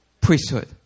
priesthood